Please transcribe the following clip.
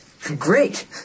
Great